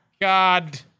God